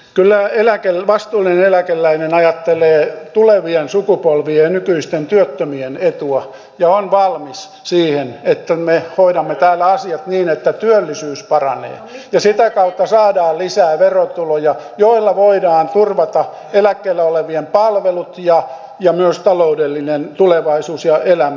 kyllä vastuullinen eläkeläinen ajattelee tulevien sukupolvien ja nykyisten työttömien etua ja on valmis siihen että me hoidamme täällä asiat niin että työllisyys paranee ja sitä kautta saadaan lisää verotuloja joilla voidaan turvata eläkkeellä olevien palvelut ja myös taloudellinen tulevaisuus ja elämä